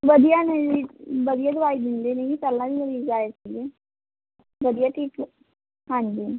ਵਧੀਆ ਨੇ ਜੀ ਵਧੀਆ ਦਵਾਈ ਦਿੰਦੇ ਨੇ ਪਹਿਲਾਂ ਵੀ ਮਰੀਜ਼ ਆਏ ਸੀਗੇ ਵਧੀਆ ਠੀਕ ਹਾਂਜੀ